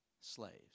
slaves